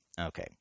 Okay